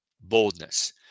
Boldness